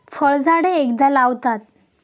फळझाडे एकदा लावतात